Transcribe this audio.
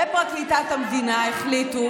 ופרקליטת המדינה ---------- החליטו